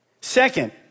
Second